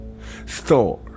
Thor